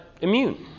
immune